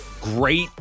great